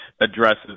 addresses